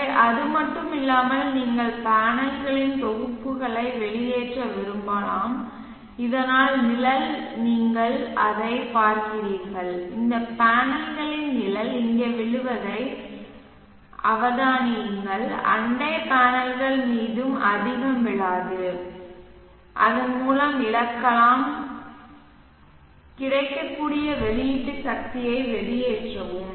எனவே அது மட்டுமல்லாமல் நீங்கள் பேனல்களின் தொகுப்பை வெளியேற்ற விரும்பலாம் இதனால் நிழல் நீங்கள் அதைப் பார்க்கிறீர்கள் இந்த பேனலின் நிழல் இங்கே விழுவதை அவதானியுங்கள் அண்டை பேனல்கள் மீது அதிகம் விழாது அதன் மூலம் இழக்கலாம் கிடைக்கக்கூடிய வெளியீட்டு சக்தியை வெளியேற்றவும்